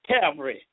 Calvary